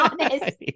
honest